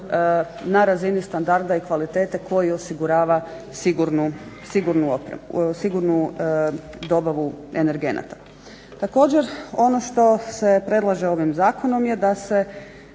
na razini standarda i kvalitete koji osigurava sigurnu dobavu energenata. Također ono što se predlaže ovim zakonom je da se